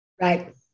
right